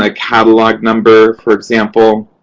like catalog number, for example.